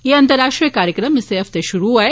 एह अंतराष्ट्रीय कार्यक्रम इस्सै हफ्ते श्रू होआ ऐ